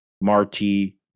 Marty